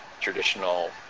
traditional